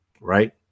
right